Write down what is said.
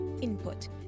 input